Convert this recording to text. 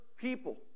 people